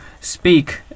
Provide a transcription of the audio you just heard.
speak